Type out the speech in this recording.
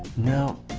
no